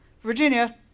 Virginia